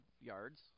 yards